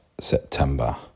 September